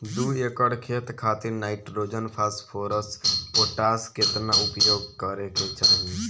दू एकड़ खेत खातिर नाइट्रोजन फास्फोरस पोटाश केतना उपयोग करे के चाहीं?